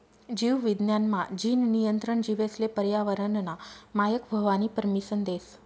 जीव विज्ञान मा, जीन नियंत्रण जीवेसले पर्यावरनना मायक व्हवानी परमिसन देस